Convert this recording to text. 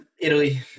Italy